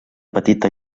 petita